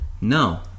No